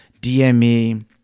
DME